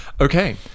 Okay